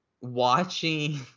watching